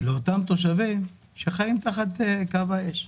לאותם תושבים שחיים תחת קו האש.